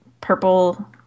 purple